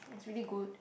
it's really good